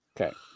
Okay